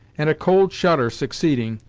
and a cold shudder succeeding,